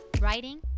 Writing